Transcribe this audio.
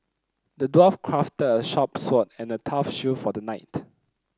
the dwarf crafted a sharp sword and a tough shield for the knight